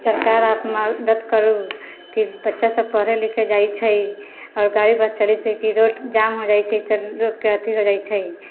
सरकार कि बच्चा सब अब पढ़े लिखे जाइ छै आओर गाड़ी बस चलै छै कि रोड जाम हो जाइ छै लोगके एथी हो जाइ छै